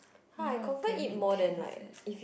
ya damn intense eh